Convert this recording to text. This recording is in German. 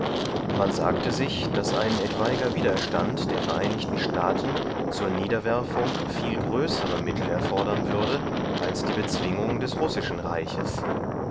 man sagte sich daß ein etwaiger widerstand der vereinigten staaten zur niederwerfung viel größere mittel erfordern würde als die bezwingung des russischen reiches